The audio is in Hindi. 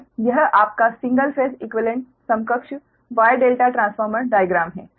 और यह आपका सिंगल फेस इक्वीवेलेंट समकक्ष Y ∆ ट्रांसफार्मर डाइग्राम है